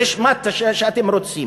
יש מה שאתם רוצים,